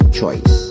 choice